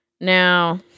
Now